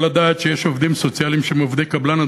הדעת שיש עובדים סוציאליים שהם עובדי קבלן,